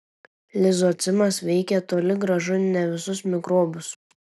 lizocimas veikė toli gražu ne visus mikrobus